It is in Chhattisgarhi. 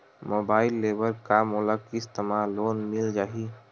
मोबाइल ले बर का मोला किस्त मा लोन मिल जाही?